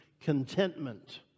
contentment